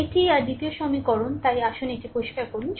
এটি আর দ্বিতীয় সমীকরণ তাই আসুন এটি পরিষ্কার করুন